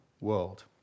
world